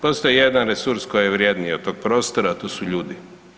Postoji jedan resurs koji je vrjedniji od tog prostora, a to su ljudi.